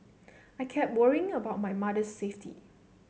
I kept worrying about my mother's safety